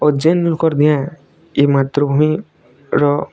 ଅଜେନ୍ ଲୋକର ନିଆଁ ଇ ମାତୃଭୂମିର